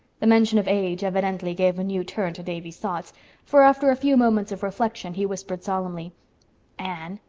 the mention of age evidently gave a new turn to davy's thoughts for after a few moments of reflection, he whispered solemnly anne,